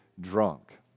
drunk